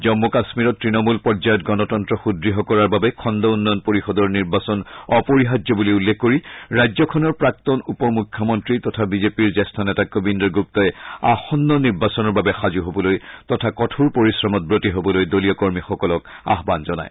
জম্মূ কাশ্মীৰত ত্তণমূল পৰ্যায়ত গণতন্ত্ৰ সূদ্য় কৰাৰ বাবে খণ্ড উন্নয়ণ পৰিযদৰ নিৰ্বাচন অপৰিহাৰ্য বুলি উল্লেখ কৰি ৰাজ্যখনৰ প্ৰাক্তন উপ মুখ্যমন্ত্ৰী তথা বিজেপিৰ জ্যেষ্ঠ নেতা কবীন্দৰ গুপ্তাই আসন্ন নিৰ্বাচনৰ বাবে সাজু হবলৈ তথা কঠোৰ পৰিশ্ৰমত ৱতী হ'বলৈ দলীয় কৰ্মীসকলক আহান জনায়